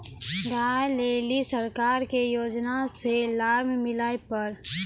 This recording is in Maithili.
गाय ले ली सरकार के योजना से लाभ मिला पर?